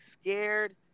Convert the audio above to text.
scared